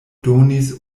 donis